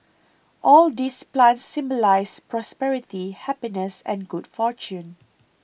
all these plants symbolise prosperity happiness and good fortune